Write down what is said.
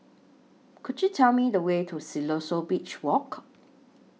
Could YOU Tell Me The Way to Siloso Beach Walk